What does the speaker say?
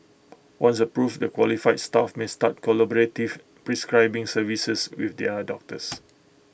once approved the qualified staff may start collaborative prescribing services with the other doctors